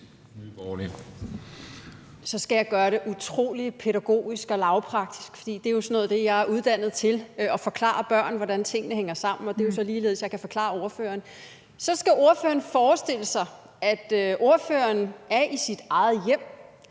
Så skal jeg gøre det utrolig pædagogisk og lavpraktisk, for det er jo sådan noget, jeg er uddannet til, altså at forklare børn, hvordan tingene hænger sammen. Og jeg vil så ligeledes forklare ordføreren det. Så skal ordføreren forestille sig, at ordføreren er i sit eget hjem,